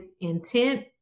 intent